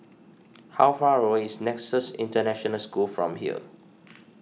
how far away is Nexus International School from here